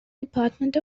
department